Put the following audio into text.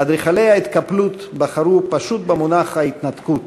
אדריכלי ההתקפלות בחרו פשוט במונח התנתקות